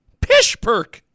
Pishperk